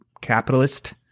capitalist